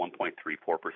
1.34%